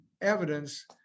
evidence